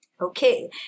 Okay